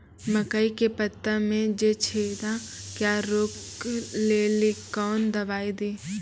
मकई के पता मे जे छेदा क्या रोक ले ली कौन दवाई दी?